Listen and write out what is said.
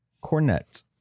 cornet